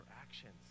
actions